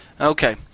Okay